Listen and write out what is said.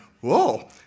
Whoa